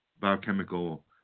biochemical